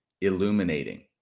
illuminating